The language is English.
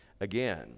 again